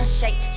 shake